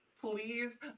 please